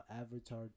avatar